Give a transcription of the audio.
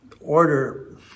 order